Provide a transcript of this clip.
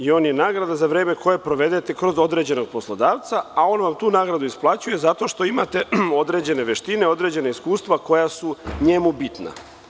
On je nagrada za vreme koje provedete kod određenog poslodavca, a on vam tu nagradu isplaćuje zato što imate određene veštine, određena iskustva koja su njemu bitna.